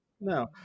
No